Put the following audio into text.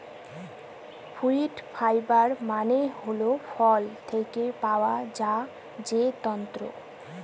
fruit fibre মানে হল ফল থেকে পাওয়া যায় যে তন্তু